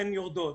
הן יורדות.